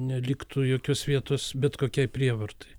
neliktų jokios vietos bet kokiai prievartai